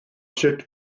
sut